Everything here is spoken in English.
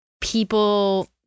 people